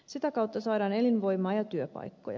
sitä kautta saadaan elinvoimaa ja työpaikkoja